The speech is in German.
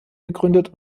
gegründet